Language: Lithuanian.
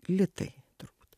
litai turbūt